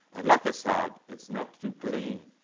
and like i said, it's not too clean.